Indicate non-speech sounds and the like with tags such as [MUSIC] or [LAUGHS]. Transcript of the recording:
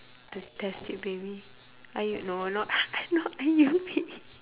the test tube baby I no not [LAUGHS] no I never